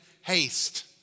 haste